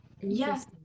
Yes